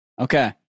Okay